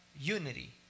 unity